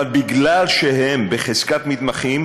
אבל בגלל שהם בחזקת מתמחים,